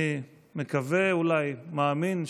אני מקווה, אולי מאמין,